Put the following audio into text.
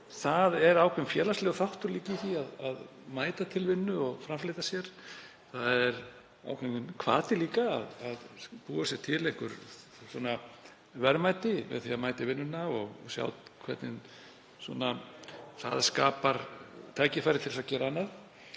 Það er líka ákveðinn félagslegur þáttur í því að mæta til vinnu og framfleyta sér, það er hvati líka að búa sér til einhver verðmæti með því að mæta í vinnuna og sjá hvernig það skapar tækifæri til þess að gera annað.